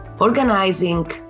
organizing